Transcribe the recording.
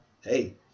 hey